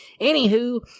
Anywho